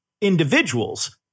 individuals